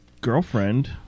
girlfriend